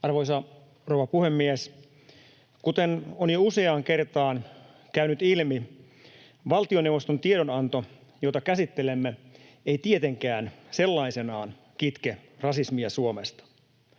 Arvoisa rouva puhemies! Kuten on jo useaan kertaan käynyt ilmi, valtioneuvoston tiedonanto, jota käsittelemme, ei tietenkään sellaisenaan kitke rasismia Suomesta.